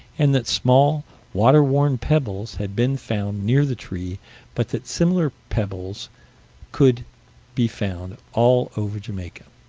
and that small water-worn pebbles had been found near the tree but that similar pebbles could be found all over jamaica.